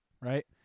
right